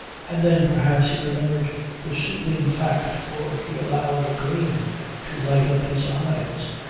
and then perhaps he remembered the soothing fact for he allowed a gleam to light up his eyes,